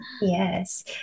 Yes